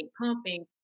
pumping